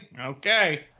Okay